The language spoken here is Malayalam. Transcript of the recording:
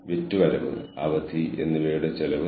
മറ്റ് ജീവനക്കാർ എത്ര ചെയ്യണം